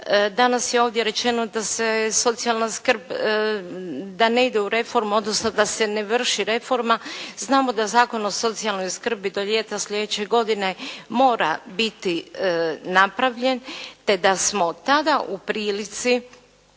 Danas je ovdje rečeno da se socijalna skrb, da ne ide u reformu, odnosno da se ne vrši reforma. Znamo da Zakon o socijalnoj skrbi do ljeta slijedeće godine mora biti napravljen, te da smo tada u prilici